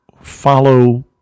follow